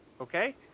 okay